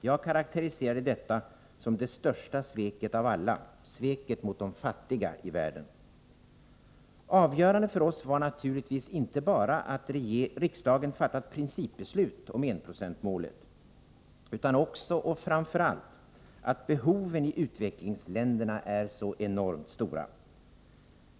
Jag karakteriserade detta som det största sveket av alla: sveket mot de fattiga i världen. Avgörande för oss var naturligtvis inte bara att riksdagen fattat principbeslut om enprocentsmålet utan också, och framför allt, att behoven i utvecklingsländerna är så enormt stora.